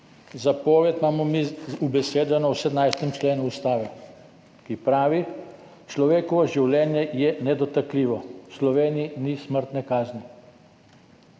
zapoved imamo mi ubesedeno 17. členu Ustave, ki pravi: »Človekovo življenje je nedotakljivo. V Sloveniji ni smrtne kazni.«